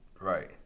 Right